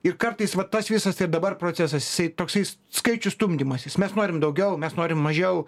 ir kartais va tas visas ir dabar procesas jisai toksai skaičių stumdymasis mes norim daugiau mes norim mažiau